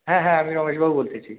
হ্যাঁ হ্যাঁ আমি রমেশবাবু বলতেছি